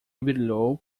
brilhou